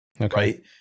Okay